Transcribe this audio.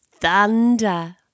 Thunder